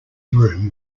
room